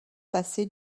passés